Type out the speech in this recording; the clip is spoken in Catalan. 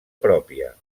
pròpia